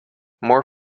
more